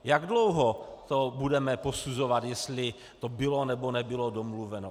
Jak dlouho to budeme posuzovat, jestli to bylo, nebo nebylo domluveno?